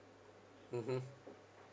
mmhmm